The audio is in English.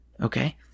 Okay